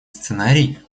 сценарий